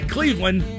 Cleveland